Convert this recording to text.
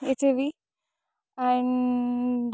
E T V and